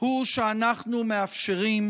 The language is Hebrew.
הוא שאנחנו מאפשרים